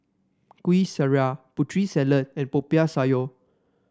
Kuih Syara Putri Salad and Popiah Sayur